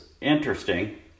interesting